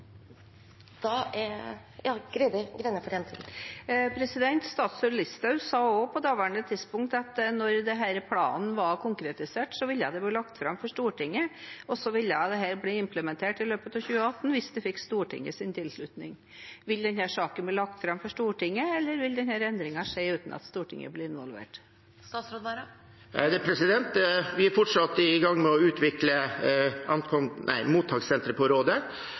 statsråd Listhaug sa også på det tidspunktet at når denne planen var konkretisert, ville den bli lagt fram for Stortinget og implementert i løpet av 2018, hvis den fikk Stortingets tilslutning. Vil denne saken bli lagt fram for Stortinget, eller vil denne endringen skje uten at Stortinget blir involvert? Vi er fortsatt i gang med å utvikle